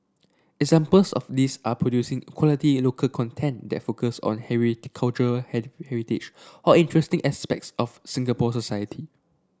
examples of these are producing quality local content that focus on cultural heritage or interesting aspects of Singapore society